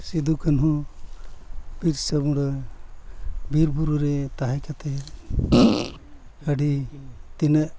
ᱥᱤᱫᱩᱼᱠᱟᱹᱱᱦᱩ ᱵᱤᱨᱥᱟᱹ ᱢᱩᱱᱰᱟᱹ ᱵᱤᱨᱼᱵᱩᱨᱩ ᱨᱮ ᱛᱟᱦᱮᱸ ᱠᱟᱛᱮᱫ ᱟᱹᱰᱤ ᱛᱤᱱᱟᱹᱜ